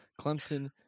clemson